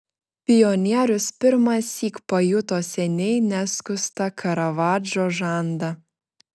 pionierius pirmąsyk pajuto seniai neskustą karavadžo žandą